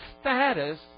status